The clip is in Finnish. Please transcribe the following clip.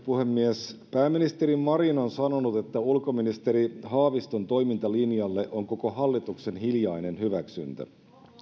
puhemies pääministeri marin on sanonut että ulkoministeri haaviston toimintalinjalle on koko hallituksen hiljainen hyväksyntä